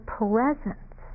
presence